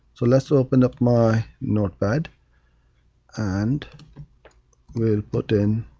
so let's open up my notepad and we'll put in